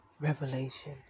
revelation